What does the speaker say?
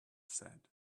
said